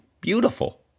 beautiful